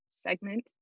segment